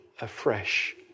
afresh